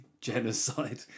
genocide